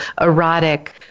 erotic